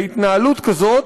והתנהלות כזאת,